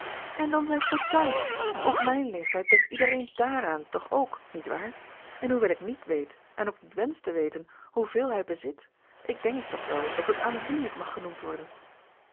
en dan zijn fortuin op mijn leeftijd denkt iedereen dààraan toch ook niet waar en hoewel ik niet weet en ook niet wensch te weten hoeveel hij bezit ik denk toch wel dat het aanzienlijk mag genoemd worden